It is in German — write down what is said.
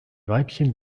weibchen